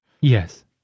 Yes